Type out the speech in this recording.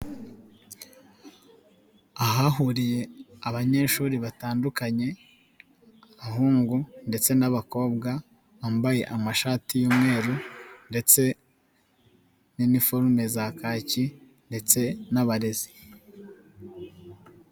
Ahahuriye abanyeshuri batandukanye abahungu ndetse n'abakobwa bambaye amashati y'umweru ndetse n'iniforume za kaki ndetse n'abarezi.